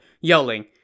yelling